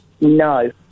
No